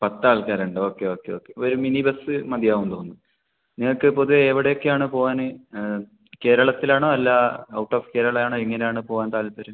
പത്ത് ആൾക്കാരുണ്ട് okay okay okay ഒരു മിനി ബസ് മതിയാവും തോന്നുന്നു നിങ്ങൾക്കിപ്പോൾ ഇത് എവിടേക്കാണ് പോവാൻ കേരളത്തിലാണോ അല്ല ഔട്ട് ഓഫ് കേരള ആണോ എങ്ങനെയാണ് പോവാൻ താൽപ്പര്യം